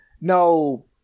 no